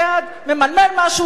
ממלמל משהו פה,